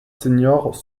seniors